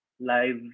live